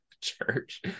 church